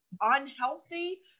unhealthy